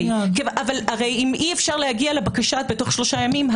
אם אי אפשר להגיע לבקשה בתוך שלושה ימים,